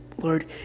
Lord